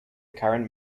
current